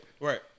right